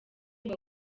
ngo